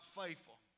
faithful